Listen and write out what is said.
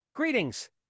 Greetings